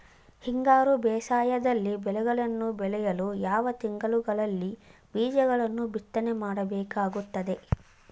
ಹಿಂಗಾರು ಬೇಸಾಯದಲ್ಲಿ ಬೆಳೆಗಳನ್ನು ಬೆಳೆಯಲು ಯಾವ ತಿಂಗಳುಗಳಲ್ಲಿ ಬೀಜಗಳನ್ನು ಬಿತ್ತನೆ ಮಾಡಬೇಕಾಗುತ್ತದೆ?